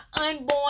unborn